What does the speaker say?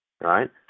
right